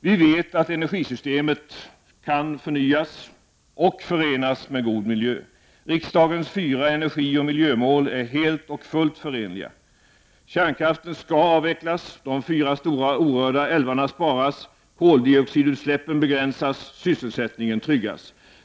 Vi vet att energisystemet kan förnyas, och förenas, med god miljö. Riksdagens fyra energioch miljömål är helt och fullt förenliga: Kärnkraften skall avvecklas, de fyra stora orörda älvarna sparas, koldioxidutsläppen begränsas, sysselsättningen tryggas.